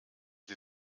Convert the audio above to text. sie